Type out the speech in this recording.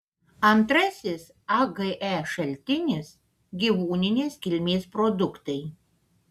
antrasis age šaltinis gyvūninės kilmės produktai